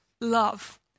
love